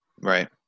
Right